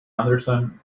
anderson